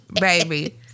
baby